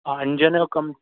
हा इंजन जो कमु